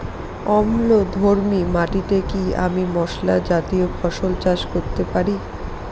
অম্লধর্মী মাটিতে কি আমি মশলা জাতীয় ফসল চাষ করতে পারি?